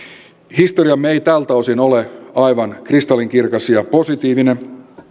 historiamme ei tältä osin ole aivan kristallinkirkas ja positiivinen